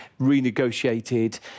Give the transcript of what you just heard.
renegotiated